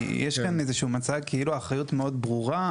כי יש כאן איזשהו מצג כאילו האחריות היא מאוד ברורה,